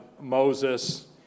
Moses